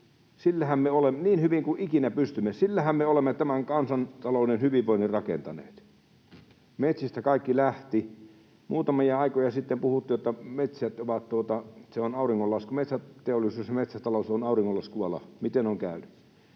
omat metsänsä niin hyvin kuin ikinä pystymme. Sillähän me olemme tämän kansantalouden hyvinvoinnin rakentaneet. Metsistä kaikki lähti. Muutamia aikoja sitten puhuttiin, että metsäteollisuus ja metsätalous ovat auringonlaskun aloja. Miten on käynyt?